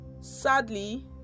Sadly